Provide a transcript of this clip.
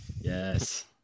yes